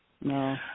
No